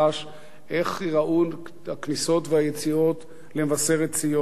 איך ייראו הכניסות והיציאות במבשרת-ציון.